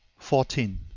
fourteen.